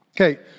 Okay